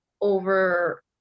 over